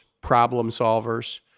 problem-solvers